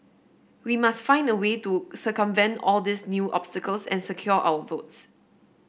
we must find a way to circumvent all these new obstacles and secure our votes